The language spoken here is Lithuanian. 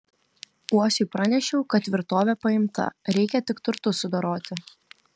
uosiui pranešiau kad tvirtovė paimta reikia tik turtus sudoroti